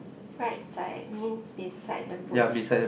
right side means beside the bush